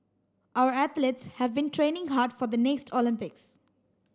our athletes have been training hard for the next Olympics